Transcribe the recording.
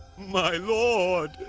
my lord,